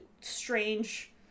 strange